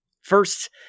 first